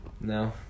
No